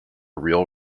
real